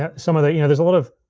some of the, you know there's a lot of,